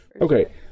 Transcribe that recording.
Okay